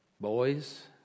Boys